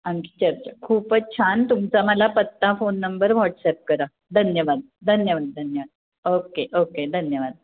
आणखी चर्चा खूपच छान तुमचा मला पत्ता फोन नंबर व्हॉट्सॲप करा धन्यवाद धन्यवाद धन्यवाद ओके ओके धन्यवाद